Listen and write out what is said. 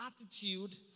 attitude